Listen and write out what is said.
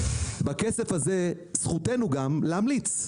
בכסף הזה זכותנו גם להמליץ,